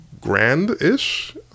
grand-ish